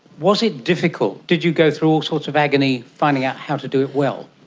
was it difficult? did you go through all sorts of agony finding out how to do it well?